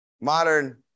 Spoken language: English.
modern